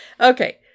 Okay